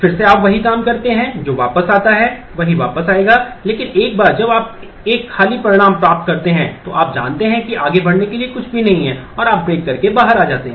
फिर से आप वही काम करते हैं जो वापस आता है वही वापस आएगा लेकिन एक बार जब आप एक खाली परिणाम प्राप्त करते हैं तो आप जानते हैं कि आगे बढ़ने के लिए कुछ भी नहीं है और आप break करके बाहर आ जाते हैं